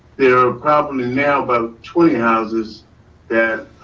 there are probably now about twenty houses that